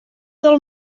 del